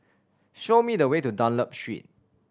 show me the way to Dunlop Street